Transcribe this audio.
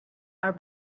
are